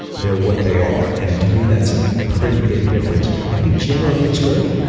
they're what they are. and to me, that's a pretty big difference. i think generally, it's good.